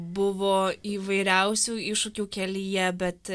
buvo įvairiausių iššūkių kelyje bet